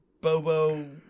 Bobo